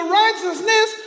righteousness